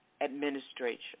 administration